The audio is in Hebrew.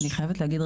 אני חייבת להגיד,